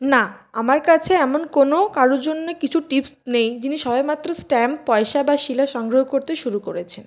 না আমার কাছে এমন কোনো কারুর জন্য কিছু টিপস নেই যিনি সবেমাত্র স্ট্যাম্প পয়সা বা শিলা সংগ্রহ করতে শুরু করেছেন